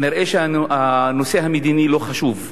כנראה שהנושא המדיני לא חשוב,